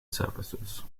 services